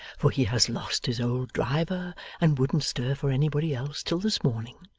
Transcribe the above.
for he has lost his old driver and wouldn't stir for anybody else, till this morning.